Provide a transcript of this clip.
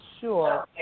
sure